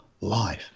life